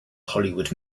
hollywood